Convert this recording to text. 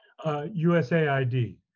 USAID